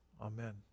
Amen